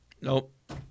Nope